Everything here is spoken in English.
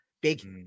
Big